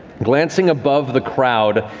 glancing above the crowd,